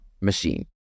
machine